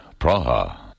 Praha